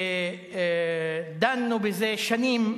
דנו בזה שנים.